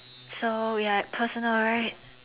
so ya personal right